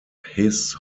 his